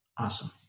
Awesome